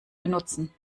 benutzen